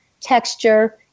texture